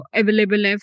available